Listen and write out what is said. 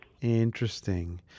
Interesting